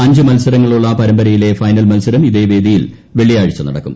അഞ്ച് മൽസരങ്ങളുള്ള പരമ്പരയിലെ ഫൈനൽ മൽസരം ഇതേ വേദിയിൽ വെള്ളിയാഴ്ച നടക്കും